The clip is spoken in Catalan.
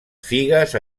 figues